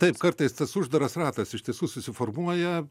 taip kartais tas uždaras ratas iš tiesų susiformuoja